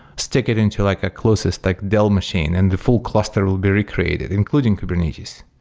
stick it into like a closest like dell machine, and the full cluster will be recreated, including kubernetes,